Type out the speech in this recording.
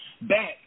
back